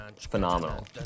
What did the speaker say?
Phenomenal